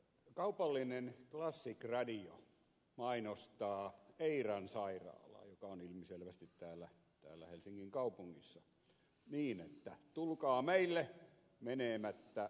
kaupallinen classic radio mainostaa eiran sairaalaa joka on ilmiselvästi täällä helsingin kaupungissa niin että tulkaa meille menemättä lähtöruudun kautta